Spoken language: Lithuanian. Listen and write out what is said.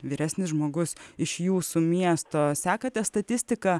vyresnis žmogus iš jūsų miesto sekate statistiką